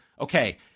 okay